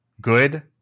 good